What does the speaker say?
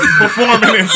performing